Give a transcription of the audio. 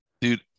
Dude